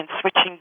switching